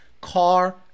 car